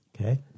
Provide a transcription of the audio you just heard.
okay